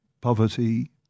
Poverty